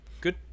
good